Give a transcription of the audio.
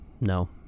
no